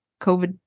COVID